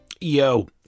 Yo